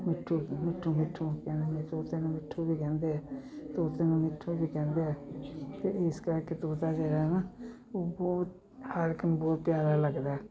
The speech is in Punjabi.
ਮਿੱਠੂ ਮਿੱਠੂ ਮਿੱਠੂ ਕਹਿੰਦੇ ਹੁੰਦੇ ਤੋਤੇ ਨੂੰ ਮਿੱਠੂ ਵੀ ਕਹਿੰਦੇ ਹੈ ਤੋਤੇ ਨੂੰ ਮਿੱਠੂ ਵੀ ਕਹਿੰਦੇ ਹੈ ਅਤੇ ਇਸ ਕਰਕੇ ਤੋਤਾ ਜਿਹੜਾ ਨਾ ਉਹ ਬਹੁਤ ਹਰ ਇੱਕ ਨੂੰ ਬਹੁਤ ਪਿਆਰਾ ਲੱਗਦਾ